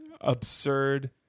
absurd